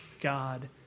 God